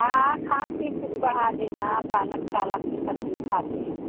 हाँ हाँ खान पीन कुछ बढ़ा देना पालक फालक की सब्ज़ी खाती हैं